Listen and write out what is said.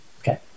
Okay